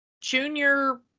Junior